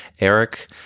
Eric